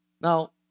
Now